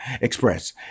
Express